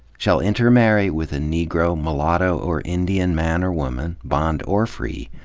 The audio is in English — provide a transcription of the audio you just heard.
shall intermarry with a negro, mullato, or indian man or woman, bond or free,